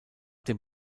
dem